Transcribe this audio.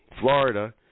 Florida